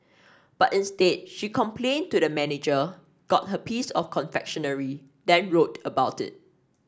but instead she complained to the manager got her piece of confectionery then wrote about it